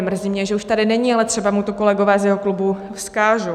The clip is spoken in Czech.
Mrzí mě, že už tady není, ale třeba mu to kolegové z jeho klubu vzkážou.